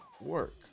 work